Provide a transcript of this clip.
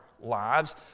lives